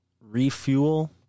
refuel